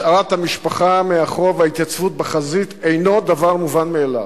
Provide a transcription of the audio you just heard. השארת המשפחה מאחור וההתייצבות בחזית אינן דבר מובן מאליו.